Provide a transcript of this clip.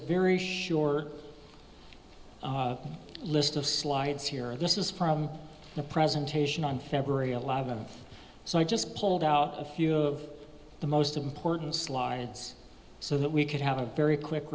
very short list of slides here this is from the presentation on february eleventh so i just pulled out a few of the most important slides so that we could have a very quick